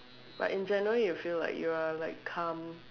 but in general you feel like you are like calm